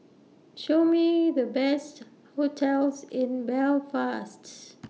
Show Me The Best hotels in Belfast